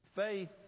Faith